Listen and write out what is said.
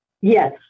Yes